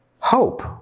hope